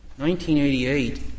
1988